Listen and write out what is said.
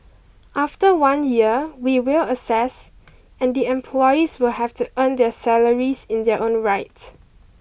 after one year we will assess and the employees will have to earn their salaries in their own right